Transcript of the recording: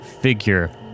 figure